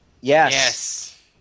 Yes